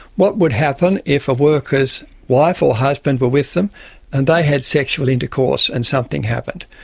what would happen if a worker's wife or husband were with them and they had sexual intercourse and something happened?